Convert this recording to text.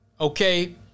okay